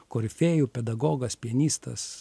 korifėjų pedagogas pianistas